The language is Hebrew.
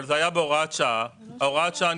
זה היה בהוראת שעה שהסתיימה.